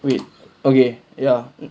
wait okay ya